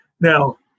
Now